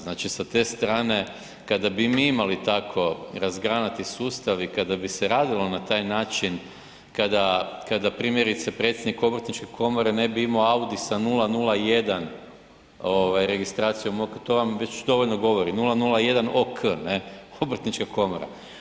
Znači sa te strane kada bi mi imali tako razgranati sustav i kada bi se radilo na taj način, kada primjerice predsjednik obrtničke komore ne bi imao Audi sa 001 ovaj registracijom, to vam već dovoljno govori, 001 OK, obrtnička komora.